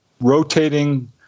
rotating